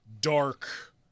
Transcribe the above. dark